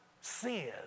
sin